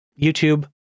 YouTube